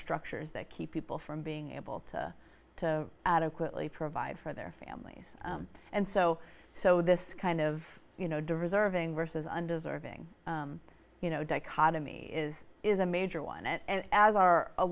structures that keep people from being able to to adequately provide for their families and so so this kind of you know dear reserving versus undeserving you know dichotomy is is a major one and as are a